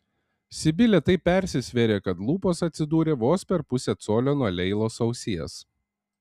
sibilė taip persisvėrė kad lūpos atsidūrė vos per pusę colio nuo leilos ausies